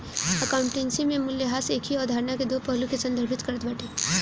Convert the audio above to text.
accountancy में मूल्यह्रास एकही अवधारणा के दो पहलू के संदर्भित करत बाटे